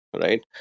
right